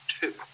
two